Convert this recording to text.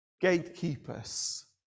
gatekeepers